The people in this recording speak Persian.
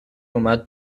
اومد